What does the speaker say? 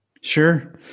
sure